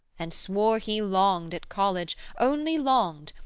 and swore he longed at college, only longed,